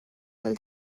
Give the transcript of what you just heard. del